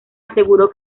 aseguró